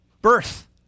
birth